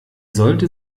sollte